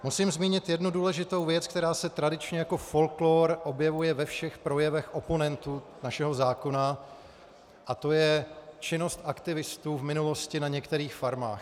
Musím zmínit jednu důležitou věc, která se tradičně jako folklor objevuje ve všech projevech oponentů našeho zákona, a to je činnost aktivistů v minulosti na některých farmách.